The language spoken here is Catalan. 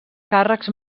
càrrecs